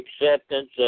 acceptance